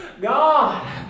God